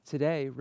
Today